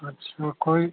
अच्छा कोई